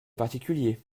particulier